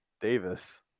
Davis